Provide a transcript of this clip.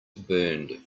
burned